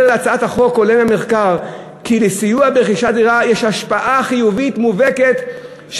להצעת החוק עולה מהמחקר כי לסיוע ברכישת דירה יש השפעה חיובית מובהקת של